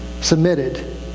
submitted